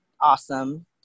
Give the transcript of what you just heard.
awesome